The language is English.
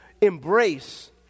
embrace